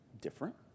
different